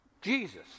Jesus